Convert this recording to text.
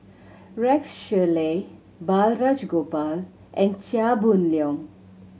Rex Shelley Balraj Gopal and Chia Boon Leong